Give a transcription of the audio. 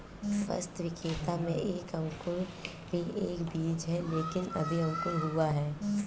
वास्तविकता में एक अंकुर भी एक बीज है लेकिन अभी अंकुरित हुआ है